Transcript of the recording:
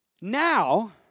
Now